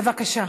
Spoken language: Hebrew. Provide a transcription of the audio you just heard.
בבקשה.